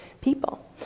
people